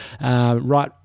Right